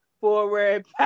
forward